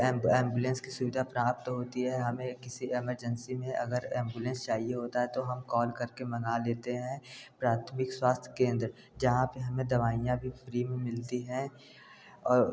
तो एम्बुलेंस की सुविधा प्राप्त होती है हमें किसी एमरजेंसी में अगर एम्बुलेंस चाहिए होता है तो हम कॉल कर के मंगा लेते हैं प्राथमिक स्वास्थी केन्द्र जहाँ पर हमें दवाइयाँ भी फ्री में मिलती हैं और